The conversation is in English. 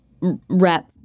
rep